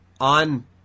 on